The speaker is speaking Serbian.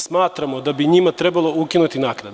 Smatramo da bi njima trebalo ukinuti naknade.